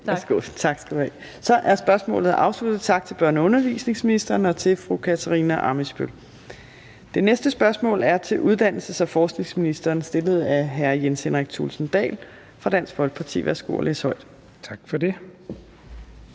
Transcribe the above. det. Så er spørgsmålet afsluttet. Tak til børne- og undervisningsministeren og til fru Katarina Ammitzbøll. Det næste spørgsmål er til uddannelses- og forskningsministeren, og det er stillet af hr. Jens Henrik Thulesen Dahl fra Dansk Folkeparti. Kl. 15:25 Spm. nr.